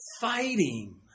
fighting